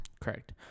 Correct